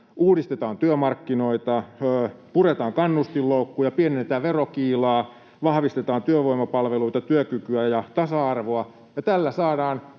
uudistetaan työmarkkinoita, puretaan kannustinloukkuja, pienennetään verokiilaa, vahvistetaan työvoimapalveluita, työkykyä ja tasa-arvoa. Tällä saadaan